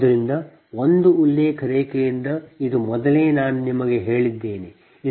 ಆದ್ದರಿಂದ ಒಂದು ಉಲ್ಲೇಖ ರೇಖೆಯಿಂದ ಇದು ಮೊದಲೇ ನಾನು ನಿಮಗೆ ಹೇಳಿದ್ದೇನೆ